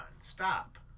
stop